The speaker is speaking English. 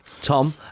Tom